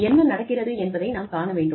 என்ன நடக்கிறது என்பதை நாம் காண வேண்டும்